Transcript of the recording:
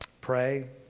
pray